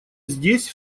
здесь